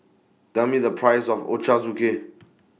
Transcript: Tell Me The Price of Ochazuke